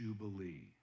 jubilee